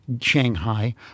Shanghai